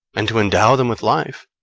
and to endow them with life,